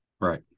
Right